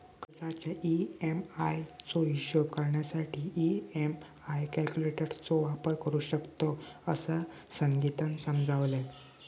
कर्जाच्या ई.एम्.आई चो हिशोब करण्यासाठी ई.एम्.आई कॅल्क्युलेटर चो वापर करू शकतव, असा संगीतानं समजावल्यान